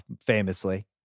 famously